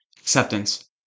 acceptance